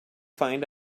find